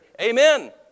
Amen